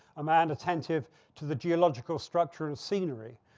a man and attentive to the geological structure and scenery,